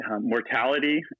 mortality